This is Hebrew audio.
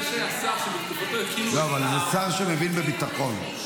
זה שהשר שבתקופתו יש --- פשיעה --- אבל זה שר שמבין בביטחון.